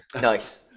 Nice